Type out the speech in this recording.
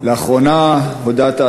לאחרונה הודעת,